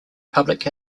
public